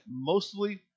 mostly